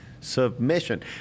Submission